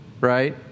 right